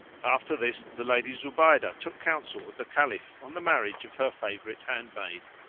after this the lady zubaydah took counsel with the caliph on the marriage of her favourite handmaid,